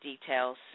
details